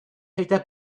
picked